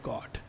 God